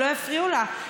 שלא יפריעו לה,